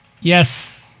Yes